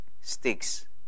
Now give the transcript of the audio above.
sticks